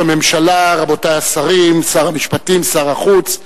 שר החוץ,